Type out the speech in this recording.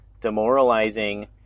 demoralizing